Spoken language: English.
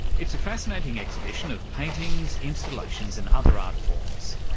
it's a fascinating exhibition of paintings, installations and other art forms.